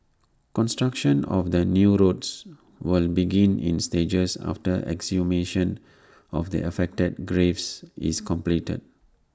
construction of the new road will begin in stages after exhumation of the affected graves is completed